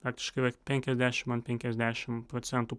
praktiškai yra penkiasdešimt ant penkiasdešimt procentų